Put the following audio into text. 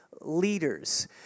leaders